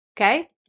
Okay